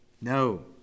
No